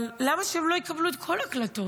אבל למה שהם לא יקבלו את כל ההקלטות?